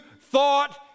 thought